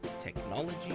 technology